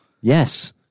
Yes